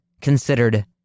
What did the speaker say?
considered